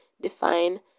define